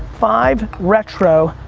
five retro,